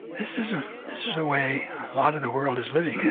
this is ah this is a way a lot of the world is living is